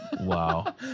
Wow